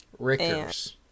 Rickers